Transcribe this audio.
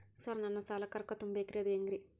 Sir ನನ್ನ ಸಾಲಕ್ಕ ರೊಕ್ಕ ತುಂಬೇಕ್ರಿ ಅದು ಹೆಂಗ್ರಿ?